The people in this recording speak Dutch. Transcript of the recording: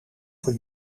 voor